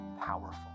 powerful